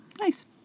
nice